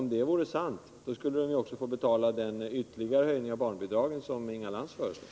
Om det vore sant, skulle de också få betala den ytterligare höjning av barnbidragen som Inga Lantz föreslår.